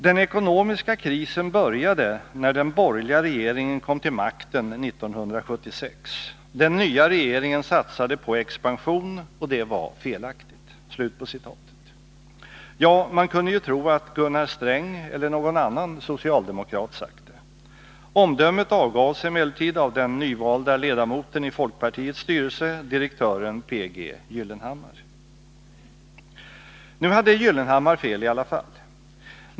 ”Den ekonomiska krisen började när den borgerliga regeringen kom till makten 1976. Den nya regeringen satsade på expansion och det var felaktigt.” Ja, man kunde ju tro att Gunnar Sträng eller någon annan socialdemokrat sagt det. Omdömet avgavs emellertid av den nyvalde ledamoten i folkpartiets styrelse, direktören P. G. Gyllenhammar. Nu hade Gyllenhammar fel i alla fall.